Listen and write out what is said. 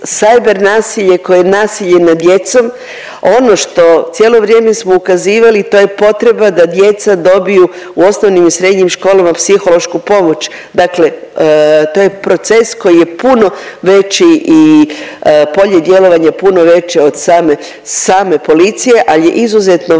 cyber nasilje kao i nasilje nad djecom. Ono što cijelo vrijeme smo ukazivali to je potreba da djeca dobiju u osnovnim i srednjim školama, psihološku pomoć. Dakle, to je proces koji je puno veći i polje djelovanja puno veće od same, same policije ali je izuzetno